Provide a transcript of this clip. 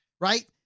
right